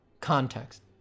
context